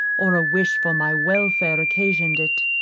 or a wish for my welfare occasioned it,